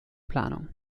planung